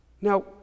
Now